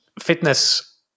fitness